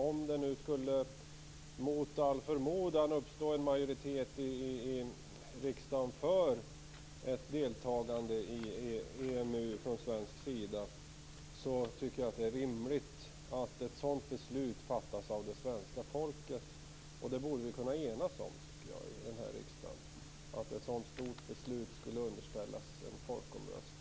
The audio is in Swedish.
Om det nu mot all förmodan skulle uppstå en majoritet i riksdagen för ett svenskt deltagande i EMU tycker jag att det är rimligt att ett sådant beslut fattas av det svenska folket. Vi borde kunna enas om, tycker jag, i den här riksdagen att ett sådant stort beslut skulle underställas en folkomröstning.